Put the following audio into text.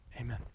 amen